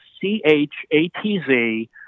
C-H-A-T-Z